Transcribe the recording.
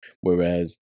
whereas